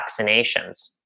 vaccinations